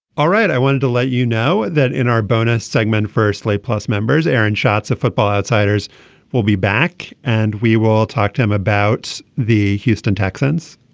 all right i wanted to let you know that in our bonus segment firstly plus members aaron shots of football outsiders we'll be back and we will talk to him about the houston texans.